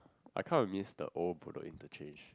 I kind of miss the old Bedok-Interchange